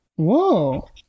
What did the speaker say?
Whoa